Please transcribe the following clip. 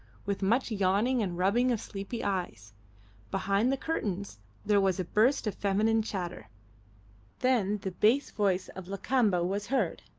with much yawning and rubbing of sleepy eyes behind the curtains there was a burst of feminine chatter then the bass voice of lakamba was heard.